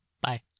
Bye